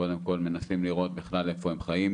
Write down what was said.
קודם כל מנסים לראות בכלל איפה הם חיים.